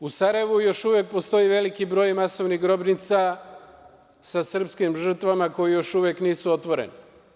U Sarajevu još uvek postoji veliki broj masovnih grobnica sa srpskim žrtvama koje još uvek nisu otvorene.